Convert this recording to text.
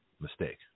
mistake